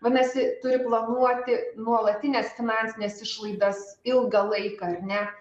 vadinasi turi planuoti nuolatines finansines išlaidas ilgą laiką ar ne